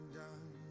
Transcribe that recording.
done